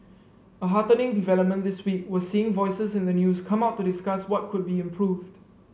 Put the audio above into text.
a heartening development this week was seeing voices in the news come out to discuss what could be improved